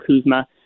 Kuzma